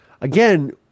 Again